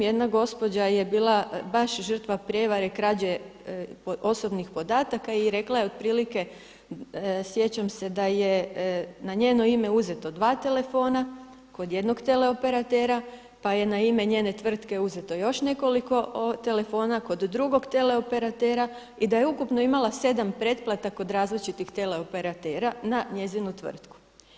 Jedna gospođa je bila baš žrtva prijevare i krađe osobnih podataka i rekla je otprilike, sjećam se da je na njeno ime uzeto 2 telefona kod jednog tele operatera, pa je na ime njene tvrtke uzeto još nekoliko telefona kod drugog tele operatera i da je ukupno imala 7 pretplata kod različitih tele operatera na njezinu tvrtku.